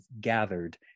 gathered